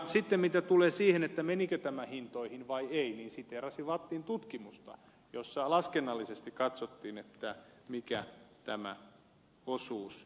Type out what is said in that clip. sitten mitä tulee siihen menikö tämä hintoihin vai ei niin siteerasin vattin tutkimusta jossa laskennallisesti katsottiin mikä tämä osuus oli